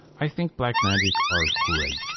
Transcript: i think blackmagic are great.